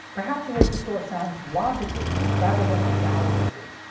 perhaps a way to store sound logically rather than analogously.